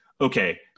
okay